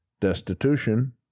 destitution